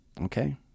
Okay